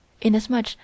inasmuch